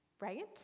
right